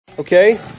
Okay